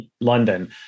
London